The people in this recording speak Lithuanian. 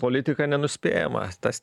politika nenuspėjama tas